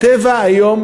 "טבע" היום